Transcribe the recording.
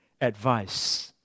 advice